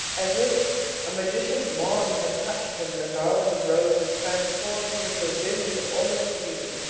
as if a magician's wand had touched him, the garland of roses transformed him into a vision of oriental beauty.